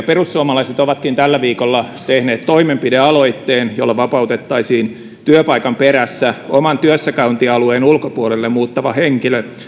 perussuomalaiset ovatkin tällä viikolla tehneet toimenpidealoitteen jolla vapautettaisiin työpaikan perässä oman työssäkäyntialueen ulkopuolelle muuttava henkilö